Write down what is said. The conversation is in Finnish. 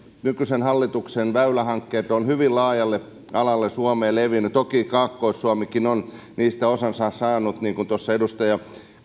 nykyisen hallituksen väylähankkeet ovat hyvin laajalle alueelle suomea levinneet toki kaakkois suomikin on niistä osansa saanut niin kuin tuossa edustaja